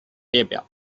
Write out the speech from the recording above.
列表